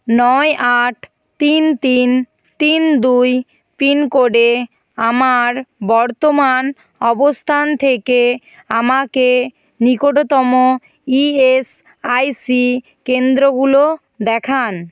নয় আট তিন তিন তিন দুই পিনকোডে আমার বর্তমান অবস্থান থেকে আমাকে নিকটতম ইএসআইসি কেন্দ্রগুলো দেখান